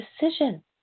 decision